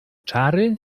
czary